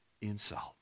insult